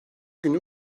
günü